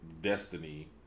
destiny